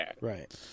right